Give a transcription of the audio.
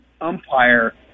umpire